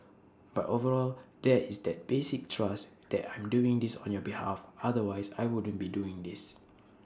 but overall there is that basic trust that I'm doing this on your behalf otherwise I wouldn't be doing this